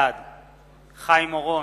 בעד חיים אורון,